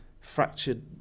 Fractured